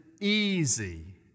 easy